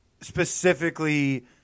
specifically